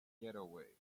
getaway